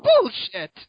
Bullshit